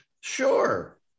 sure